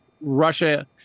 Russia